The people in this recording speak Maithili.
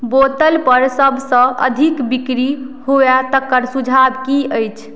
बोतलपर सभसँ अधिक बिक्री हुए तकर सुझाव की अछि